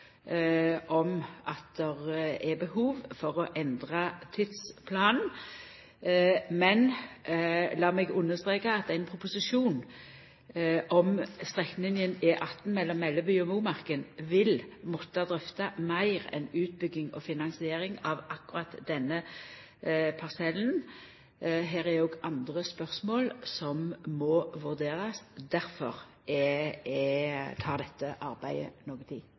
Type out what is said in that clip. om at det er behov for å endra tidsplanen, men lat meg understreka at ein proposisjon om strekninga E18 mellom Melleby og Momarken vil måtta drøfta meir enn utbygging og finansiering av akkurat denne parsellen. Her er òg andre spørsmål som må vurderast. Difor tek dette arbeidet noka tid.